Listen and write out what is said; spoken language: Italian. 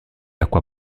acqua